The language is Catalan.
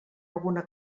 alguna